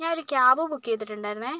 ഞാൻ ഒരു cab book ചെയ്തിട്ടുണ്ടായിരുന്നേ